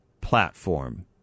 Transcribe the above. platform